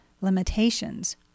limitations